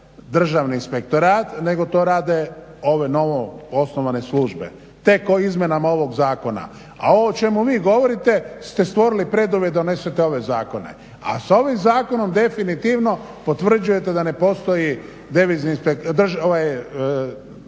Državni inspektorat, nego to rade ove novo osnovane službe …/Govornik se ne razumije./… izmjenama ovog zakona. A ovo o čemu vi govorite ste stvorili preduvjet da donesete ove zakone. A sa ovim zakonom definitivno potvrđujete da ne postoji Državni inspektorat.